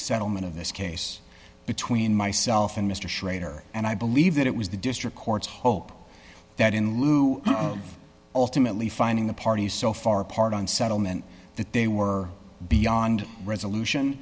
settlement of this case between myself and mr schrader and i believe that it was the district court's hope that in lieu of ultimately finding the parties so far apart on settlement that they were beyond resolution